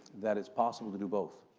that it's possible to do both,